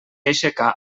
aixecà